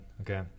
Okay